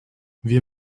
wir